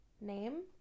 Name